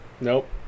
Nope